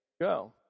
Go